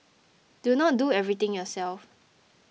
do not do everything yourself